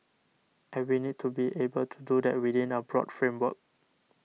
and we need to be able to do that within a broad framework